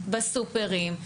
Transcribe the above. בסופרים,